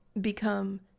become